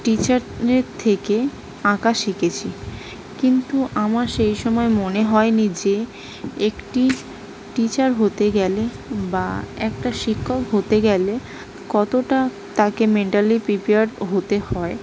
টিচারের থেকে আঁকা শিখেছি কিন্তু আমার সেই সময় মনে হয় নি যে একটি টিচার হতে গেলে বা একটা শিক্ষক হতে গেলে কতোটা তাকে মেন্টালি প্রিপেয়ার্ড হতে হয়